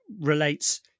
relates